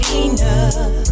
enough